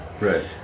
Right